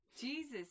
jesus